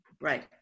right